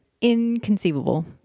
inconceivable